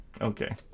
Okay